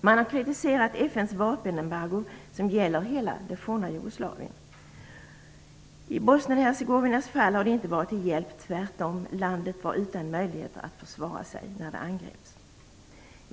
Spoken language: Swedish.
Man har kritiserat FN:s vapenembargo, som gäller hela det forna Jugoslavien. I Bosnien-Hercegovinas fall har det inte varit till hjälp; tvärtom - landet var utan möjligheter att försvara sig när det angreps.